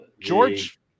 george